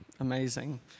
Amazing